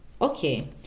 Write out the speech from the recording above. Okay